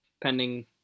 pending